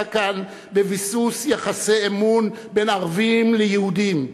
כאן בביסוס יחסי אמון בין ערבים ליהודים.